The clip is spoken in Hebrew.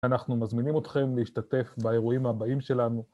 אנחנו מזמינים אתכם להשתתף באירועים הבאים שלנו.